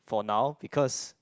for now because